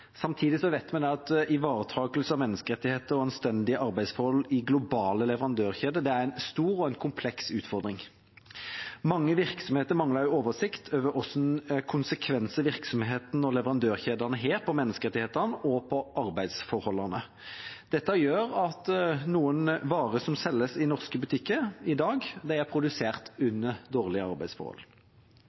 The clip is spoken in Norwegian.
Samtidig vet vi at ivaretakelse av menneskerettigheter og anstendige arbeidsforhold i globale leverandørkjeder er en stor og kompleks utfordring. Mange virksomheter mangler oversikt over hvilke konsekvenser virksomheten og leverandørkjedene har på menneskerettighetene og arbeidsforholdene. Dette gjør at noen varer som selges i norske butikker i dag, er produsert under dårlige arbeidsforhold.